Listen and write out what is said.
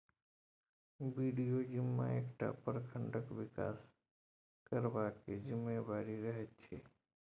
BDO जिम्मा एकटा प्रखंडक बिकास करबाक जिम्मेबारी रहैत छै